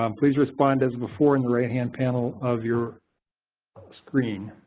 um please respond as before in the right-hand panel of your screen.